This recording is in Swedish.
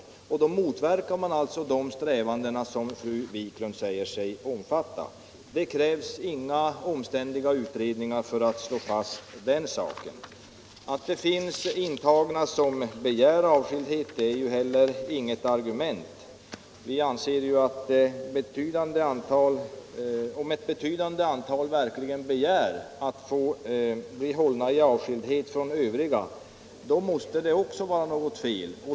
Med isolering motverkar man alltså de strävanden som fru Wiklund säger sig omfatta. Det krävs inga omständliga utredningar för att slå fast den saken. Att det finns intagna som begär avskildhet är inte heller något argument. Vi anser att om ett betydande antal verkligen begär att få bli hållna avskilda från de övriga, så måste det också vara något fel.